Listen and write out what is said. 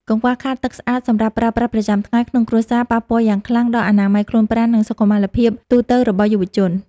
កង្វះខាតទឹកស្អាតសម្រាប់ប្រើប្រាស់ប្រចាំថ្ងៃក្នុងគ្រួសារ ប៉ះពាល់យ៉ាងខ្លាំងដល់អនាម័យខ្លួនប្រាណ និង សុខុមាលភាពទូទៅរបស់យុវជន។